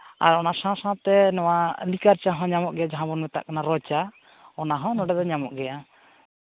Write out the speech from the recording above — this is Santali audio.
ᱟᱨ ᱱᱚᱣᱟ ᱥᱟᱶ ᱥᱟᱶᱛᱮ ᱱᱚᱣᱟ ᱞᱤᱠᱟᱨ ᱪᱟ ᱦᱚᱸ ᱧᱟᱢᱚᱜ ᱜᱮᱭᱟ ᱡᱟᱦᱟᱸ ᱵᱚᱱ ᱢᱮᱛᱟᱜ ᱠᱟᱱᱟ ᱨᱚ ᱪᱟ ᱚᱱᱟ ᱦᱚᱸ ᱱᱚᱸᱰᱮ ᱫᱚ ᱧᱟᱢᱚᱜ ᱜᱮᱭᱟ